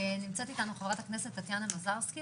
נמצאת איתנו חה"כ טטיאנה מזרסקי,